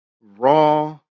raw